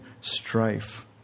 strife